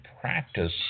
practice